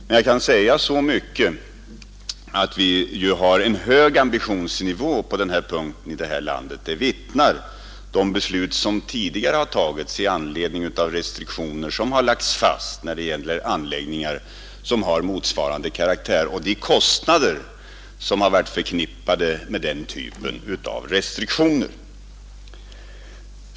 Men jag kan säga så mycket som att vi ju har en hög ambitionsnivå på den här punkten i vårt land. Därom vittnar de beslut som tidigare har fattats i anledning av restriktioner som lagts fast när det gäller anläggningar av motsvarande karaktär och de kostnader som varit förknippade med den typen av restriktioner.